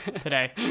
today